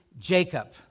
Jacob